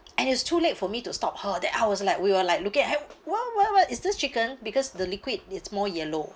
and it's too late for me to stop her that I was like we were like look at her what what what is this chicken because the liquid it's more yellow